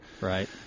Right